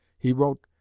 he wrote,